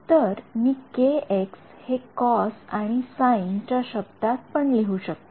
तर मी kx हे कॉस आणि साइन च्या शब्दात पण लिहू शकतो